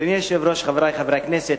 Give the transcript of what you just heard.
אדוני היושב-ראש, חברי חברי הכנסת,